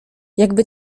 jakby